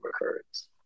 recurrence